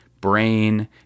brain